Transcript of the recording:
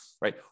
Right